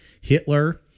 hitler